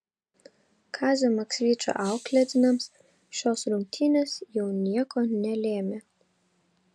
kazio maksvyčio auklėtiniams šios rungtynės jau nieko nelėmė